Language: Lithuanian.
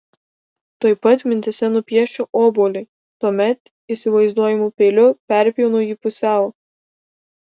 tuoj pat mintyse nupiešiu obuolį tuomet įsivaizduojamu peiliu perpjaunu jį pusiau